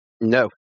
No